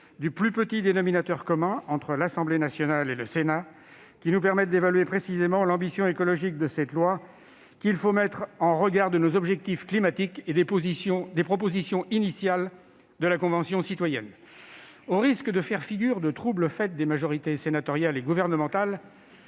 le plus petit dénominateur commun entre l'Assemblée nationale et le Sénat ; ainsi pouvons-nous précisément évaluer l'ambition écologique de cette loi, qu'il faut mettre en regard de nos objectifs climatiques et des propositions initiales de la Convention citoyenne pour le climat. Au risque de faire figure de trouble-fête des majorités sénatoriale et gouvernementale,